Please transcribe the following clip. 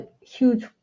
huge